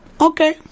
Okay